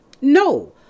No